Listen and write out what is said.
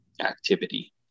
activity